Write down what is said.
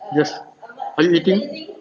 yes are you eating